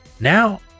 Now